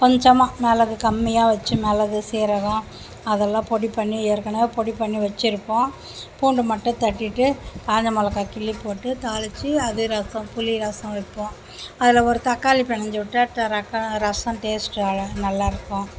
கொஞ்சமாக மிளகு கம்மியாக வச்சு மிளகு சீரகம் அதெலாம் பொடி பண்ணி ஏற்கனவே பொடி பண்ணி வச்சுருப்போம் பூண்டு மட்டும் தட்டிவிட்டு காஞ்ச மிளகா கிள்ளி போட்டு தாளித்து அது ரசம் புளி ரசம் வைப்போம் அதில் ஒரு தக்காளி பிணைஞ்சி விட்டா ரசம் டேஸ்ட் நல்லாயிருக்கும்